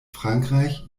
frankreich